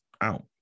out